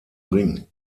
ring